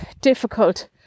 difficult